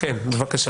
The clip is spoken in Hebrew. בבקשה.